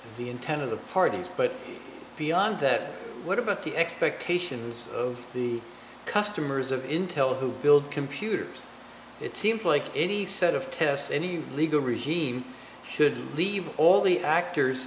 the intent of the parties but beyond that what about the expectations of the customers of intel who build computers it seems like any set of tests any legal regime should leave all the actors